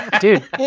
Dude